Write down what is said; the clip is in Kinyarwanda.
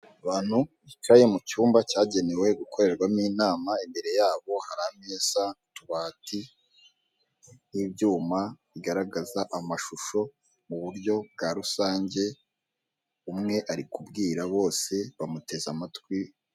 Abantu bicaye mu cyumba cyagenewe gukorerwamo inama, imbere yabo hari ameza, utubati n'ibyuma bigaragaza amashusho mu buryo bwa rusange, umwe ari kubwira bose bamuteze amatwi.